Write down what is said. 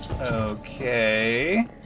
Okay